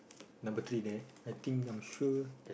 number three there I think I'm sure